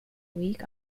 week